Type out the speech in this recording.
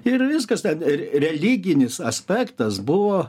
ir viskas ten religinis aspektas buvo